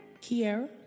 Kiera